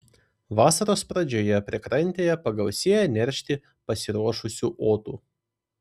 vasaros pradžioje priekrantėje pagausėja neršti pasiruošusių otų